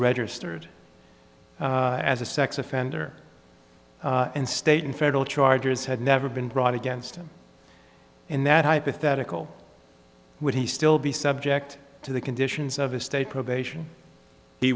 registered as a sex offender and stayed in federal charges had never been brought against him in that hypothetical would he still be subject to the conditions of his state probation he